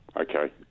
okay